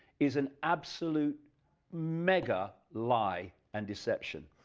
is an absolute mega lie and deception.